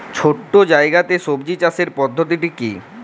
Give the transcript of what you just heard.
ছোট্ট জায়গাতে সবজি চাষের পদ্ধতিটি কী?